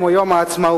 כמו יום העצמאות.